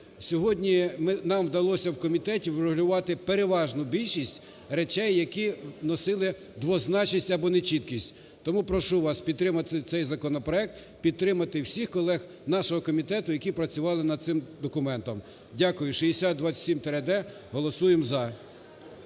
Сьогодні нам вдалося в комітеті врегулювати переважну більшість речей, які носили двозначність або нечіткість. Тому прошу вас підтримати цей законопроект, підтримати всіх колег нашого комітету, які працювали над цим документом. Дякую. 6027-д голосуємо "за".